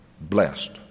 blessed